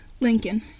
Lincoln